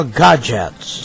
gadgets